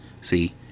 see